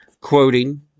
Quoting